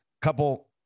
couple